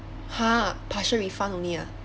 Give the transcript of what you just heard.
!huh! partial refund only ah